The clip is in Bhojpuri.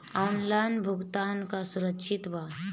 ऑनलाइन भुगतान का सुरक्षित बा?